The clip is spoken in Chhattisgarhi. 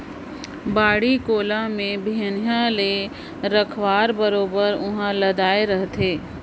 बाड़ी कोला में बिहन्हा ले रखवार बरोबर उहां लदाय रहथे